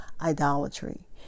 idolatry